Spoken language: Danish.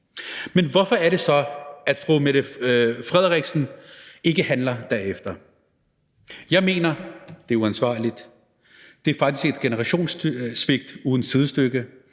Men hvorfor er det så, at fru Mette Frederiksen ikke handler derefter? Jeg mener, det er uansvarligt, det er faktisk et generationssvigt uden sidestykke,